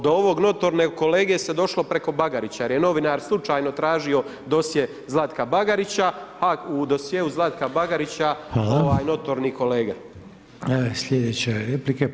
Do ovog notornog kolege se došlo preko Bagarića jer je novinar slučajno tražio dosje Zlatka Bagarića a u dosjeu Zlatka Bagarića ovaj notorni kolega.